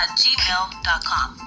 gmail.com